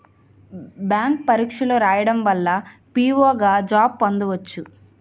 bank పరీక్షలు రాయడం ద్వారా పిఓ గా జాబ్ పొందవచ్చు